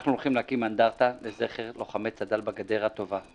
אנחנו הולכים להקים אנדרטה לזכר לוחמי צד"ל בגדר הטובה,